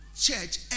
church